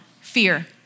fear